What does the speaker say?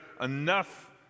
enough